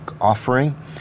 offering